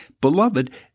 Beloved